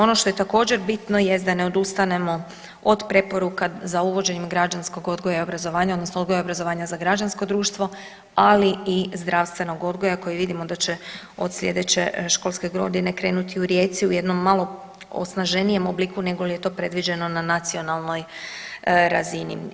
Ono što je također bitno jest da ne odustanemo od preporuka za uvođenjem građanskog odgoja i obrazovanja odnosno odgoja i obrazovanja za građansko društvo, ali i zdravstvenog odgoja koji vidimo da će od sljedeće školske godine krenuti u Rijeci u jednom malo osnaženijem obliku negoli je to predviđeno na nacionalnoj razini.